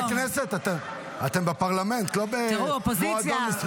חברי הכנסת, אתם בפרלמנט, לא במועדון.